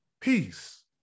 peace